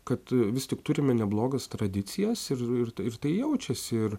kad vis tik turime neblogas tradicijas ir ir tai ir tai jaučiasi ir